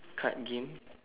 card game